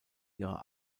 ihrer